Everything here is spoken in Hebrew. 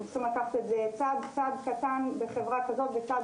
אנחנו צריכים לקחת את זה צעד קטן בחברה כזו וצעד